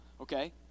okay